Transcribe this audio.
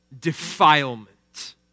defilement